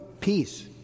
peace